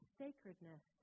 sacredness